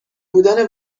بودن